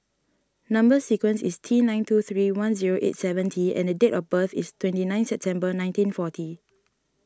Number Sequence is T nine two three one zero eight seven T and the date of birth is twenty ninth September nineteen forty